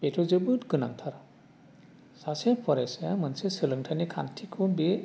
बेथ' जोबोद गोनांथार सासे फरायसाया मोनसे सोलोंथाइनि खान्थिखौ बे